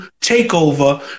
takeover